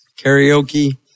karaoke